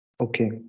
Okay